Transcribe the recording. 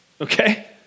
okay